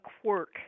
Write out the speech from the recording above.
quirk